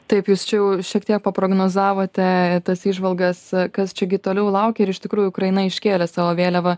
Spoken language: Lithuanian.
taip jūs čia jau šiek tiek prognozavote tas įžvalgas kas čia gi toliau laukia ir iš tikrųjų ukraina iškėlė savo vėliavą